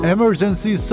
Emergency